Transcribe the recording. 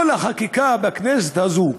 כל החקיקה בכנסת הזאת,